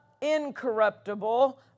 incorruptible